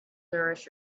nourish